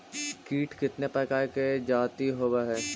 कीट कीतने प्रकार के जाती होबहय?